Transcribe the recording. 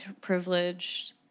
privileged